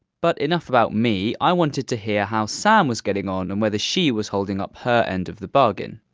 but enough about me. i wanted to hear how sam was getting on and whether she was holding up her end of the bargain.